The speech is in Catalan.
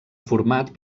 format